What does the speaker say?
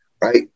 right